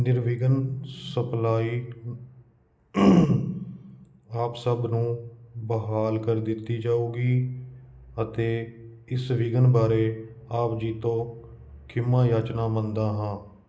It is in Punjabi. ਨਿਰਵਿਘਨ ਸਪਲਾਈ ਆਪ ਸਭ ਨੂੰ ਬਹਾਲ ਕਰ ਦਿੱਤੀ ਜਾਊਗੀ ਅਤੇ ਇਸ ਵਿਘਨ ਬਾਰੇ ਆਪ ਜੀ ਤੋਂ ਖਿਮਾ ਜਾਚਨਾ ਮੰਗਦਾ ਹਾਂ